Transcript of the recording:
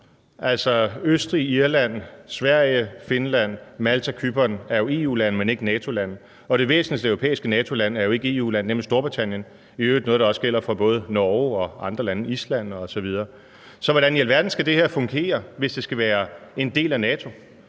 EU. Østrig, Irland, Sverige, Finland, Malta og Cypern er jo EU-lande, men ikke NATO-lande, og det væsentligste europæiske NATO-land, nemlig Storbritannien, er ikke et EU-land. Det er i øvrigt noget, der også gælder for Norge og andre lande, f.eks. Island. Så hvordan i alverden skal det her fungere, hvis det skal være en del af NATO?